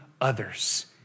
others